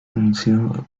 anunció